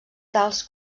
tals